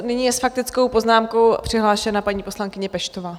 Nyní je s faktickou poznámkou přihlášena paní poslankyně Peštová.